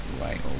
Right